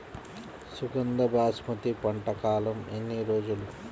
సుగంధ బాసుమతి పంట కాలం ఎన్ని రోజులు?